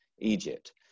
Egypt